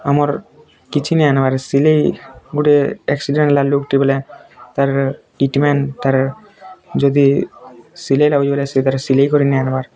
ଆମର୍ କିଛି ନାଇଁ ନବାରେ ସିଲେଇ ଗୋଟେ ଆକ୍ସିଡ଼େଣ୍ଟ୍ ହେଲା ଲୋଗ୍ ଟେ ବୋଲେ ତାର୍ ଟ୍ରିଟ୍ମେଣ୍ଟ୍ ତା'ର ଯଦି ସିଲେଇ ତା'ର ସିଲେଇ କରି ନାଇ ଆଇବାର୍